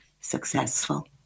successful